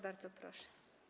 Bardzo proszę.